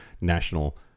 national